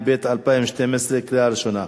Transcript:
התשע"ב 2012, לקריאה ראשונה.